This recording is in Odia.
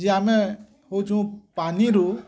ଯେ ଆମେ ହଉଛୁ ପାନିରୁ